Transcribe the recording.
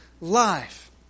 life